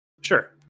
Sure